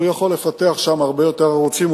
הוא יכול לפתח שם הרבה יותר ערוצים,